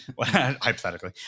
hypothetically